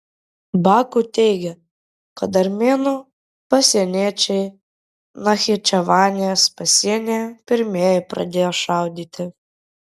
baku teigia kad armėnų pasieniečiai nachičevanės pasienyje pirmieji pradėjo šaudyti